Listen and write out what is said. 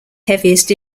heaviest